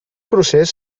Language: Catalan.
procés